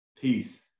Peace